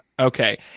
Okay